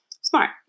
Smart